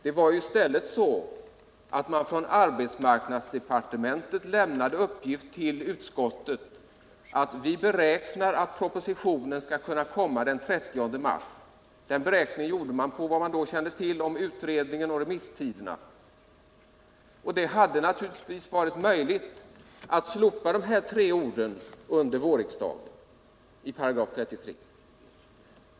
Det var i stället så att man från arbetsmarknadsdepartementet lämnade en uppgift till utskottet om att man beräknade att propositionen skall kunna komma den 30 mars. Beräkningen gjorde man med utgångspunkt i vad man kände till om utredningen och remisstiderna. Det hade naturligtvis varit möjligt att besluta om att slopa de här tre orden i 33 § under vårsessionen.